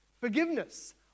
forgiveness